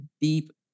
deep